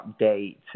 update